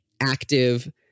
active